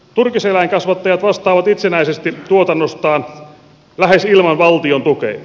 turkiseläinkasvattajat vastaavat itsenäisesti tuotannostaan lähes ilman valtion tukea